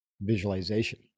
visualization